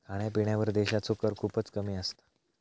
खाण्यापिण्यावर देशाचो कर खूपच कमी असता